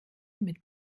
mit